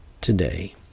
today